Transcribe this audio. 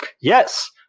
Yes